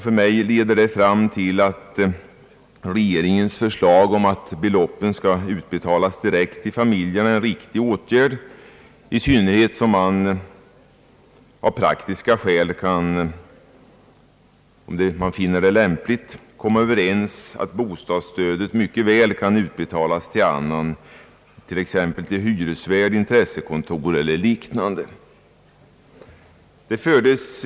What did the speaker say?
För mig leder det fram till att regeringens förslag om att beloppen skall utbetalas direkt till familjerna är en riktig åtgärd, i synnerhet som man, om man av praktiska skäl finner det lämpligt, kan komma överens om att bostadsstödet mycket väl kan utbetalas till annan, t.ex. hyresvärd, intressekontor eller liknande.